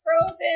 frozen